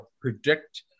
predict